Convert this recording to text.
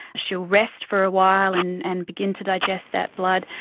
she'll rest for a while and and begin to digest that blood.